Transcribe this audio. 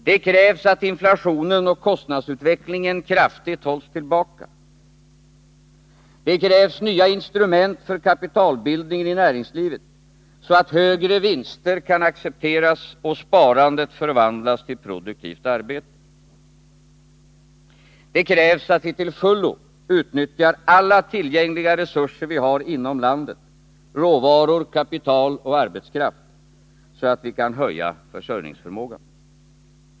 Det krävs att inflationen och kostnadsutvecklingen kraftigt hålls tillbaka. Det krävs nya instrument för kapitalbildningen i näringslivet, så att högre vinster kan accepteras och sparandet förvandlas till produktivt arbete. Det krävs att vi till fullo utnyttjar alla tillgängliga resurser inom landet — råvaror, kapital, arbetskraft — så att vi kan höja försörjningsförmågan.